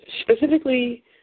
specifically